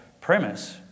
premise